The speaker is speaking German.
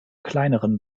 kleineren